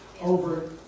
over